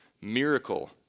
Miracle